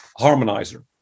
harmonizer